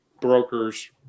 brokers